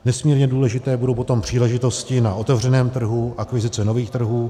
Nesmírně důležité budou potom příležitosti na otevřeném trhu, aktivizace nových trhů.